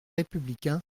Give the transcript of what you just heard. républicain